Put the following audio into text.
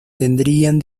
tendrían